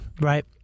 right